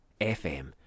FM